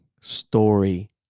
story